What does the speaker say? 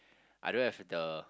I don't have the